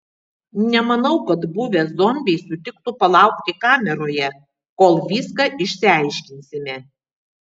nemanau kad buvę zombiai sutiktų palaukti kameroje kol viską išsiaiškinsime